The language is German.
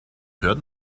hört